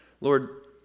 Lord